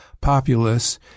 populace